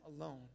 alone